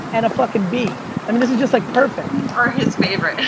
and a fucking bee. i mean, this is just like perfect. or his favorite.